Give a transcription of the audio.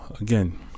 again